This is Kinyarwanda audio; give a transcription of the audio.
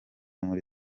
muri